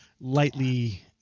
lightly